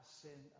sin